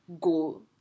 go